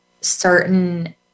certain